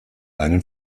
einen